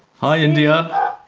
hi, india.